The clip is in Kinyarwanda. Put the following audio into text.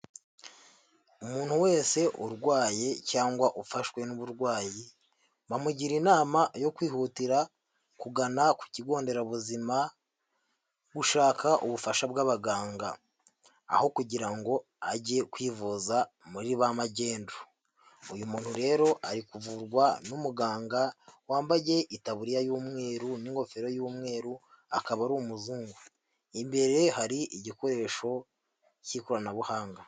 Umuntu wese urwaye cyangwa ufashwe n'uburwayi, bamugira inama yo kwihutira kugana ku kigonderabuzima, gushaka ubufasha bw'abaganga, aho kugira ngo ajye kwivuza muri ba magendu. Uyu muntu rero ari kuvurwa n'umuganga wambaye itaburiya y'umweru n'ingofero y'umweru, akaba ari umuzungu imbere hari igikoresho cy'ikoranabuhanga.